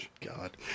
God